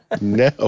No